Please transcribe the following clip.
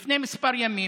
לפני כמה ימים